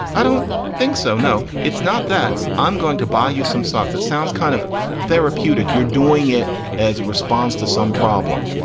i don't think so. no, it's not that i'm going to buy you some socks. that sounds kind of therapeutic. you're doing it as a response to some problem.